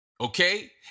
okay